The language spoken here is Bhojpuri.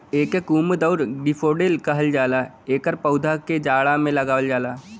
एके कुमुद आउर डैफोडिल कहल जाला एकर पौधा के जाड़ा में लगावल जाला